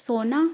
सोना